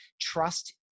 trust